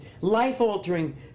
life-altering